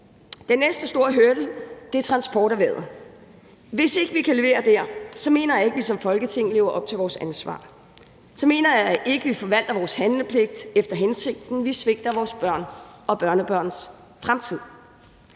Den næste store hurdle er transporterhvervet. Hvis ikke vi kan levere dér, mener jeg ikke, vi som Folketing lever op til vores ansvar, og så mener jeg ikke, vi forvalter vores handlepligt efter hensigten. Vi svigter vores børn og børnebørns fremtid.